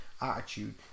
attitude